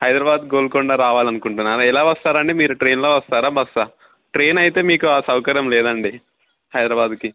హైదరాబాద్ గోల్కొండ రావాలి అనుకుంటున్నారా ఎలా వస్తారండి మీరు ట్రైన్లో వస్తారా బస్సా ట్రైన్ అయితే మీకు ఆ సౌకర్యం లేదండి హైదరాబాదుకి